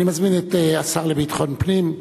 אני מזמין את השר לביטחון פנים,